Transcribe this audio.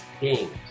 games